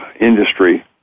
industry